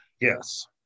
Yes